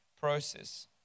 process